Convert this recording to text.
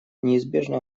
неизбежно